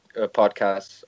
podcasts